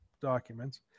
documents